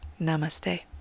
Namaste